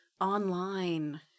online